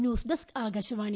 news desk Akashvani